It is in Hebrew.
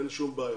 אין בעיה.